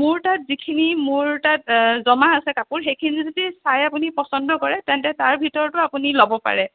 মোৰ তাত যিখিনি মোৰ তাত জমা আছে কাপোৰ সেইখিনি যদি চাই আপুনি পচন্দ কৰে তেন্তে তাৰ ভিতৰতো আপুনি ল'ব পাৰে